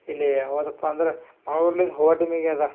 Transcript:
ಇಲ್ಲಿ ಯಾವುದಪ್ಪಾ ಅಂದ್ರೆ ಮಂಗ್ಳೂರ್ನಿಂದ್ ಹೋಗೋ ಟೈಮಿಗೆ ಅದೆ